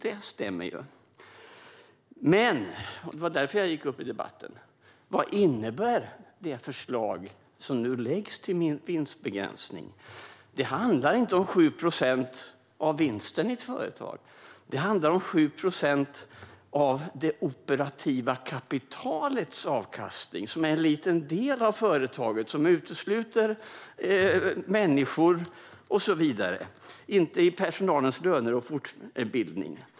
Det stämmer, men - och det var därför jag gick upp i debatten - vad innebär det förslag om vinstbegränsning som nu läggs fram? Det handlar inte om 7 procent av vinsten i ett företag, utan det handlar om 7 procent av det operativa kapitalets avkastning, som är en liten del av företaget och som utesluter människor och så vidare. Det handlar inte om personalens löner och fortbildning.